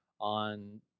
on